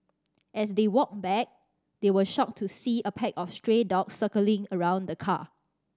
as they walked back they were shocked to see a pack of stray dogs circling around the car